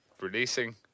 releasing